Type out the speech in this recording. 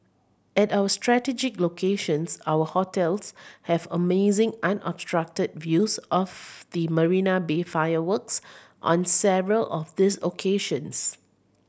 at our strategic locations our hotels have amazing unobstructed views of the Marina Bay fireworks on several of these occasions